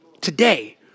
today